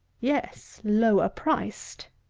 yes, lower-priced.